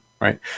right